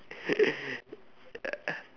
ya